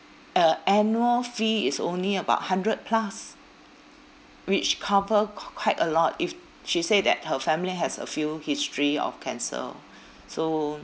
uh annual fee is only about hundred plus which cover qu~ quite a lot if she say that her family has a few history of cancer so